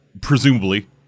presumably—